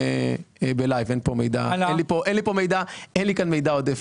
אין לי כאן מידע עודף.